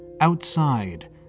Outside